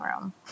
room